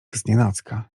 znienacka